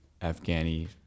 Afghani